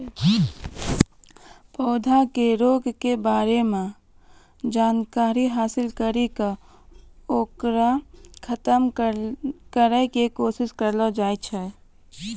पौधा के रोग के बारे मॅ जानकारी हासिल करी क होकरा खत्म करै के कोशिश करलो जाय छै